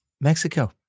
Mexico